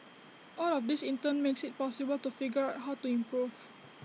all of this in turn makes IT possible to figure out how to improve